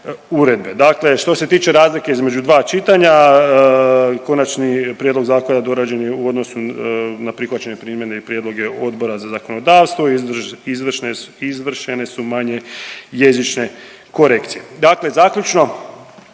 Dakle, što se tiče razlike između 2 čitanja konačni prijedlog zakona dorađen je u odnosu na prihvaćene primjedbe i prijedloge Odbora za zakonodavstvo, izvršene su manje jezične korekcije. Dakle, zaključno